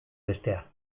bestea